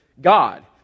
God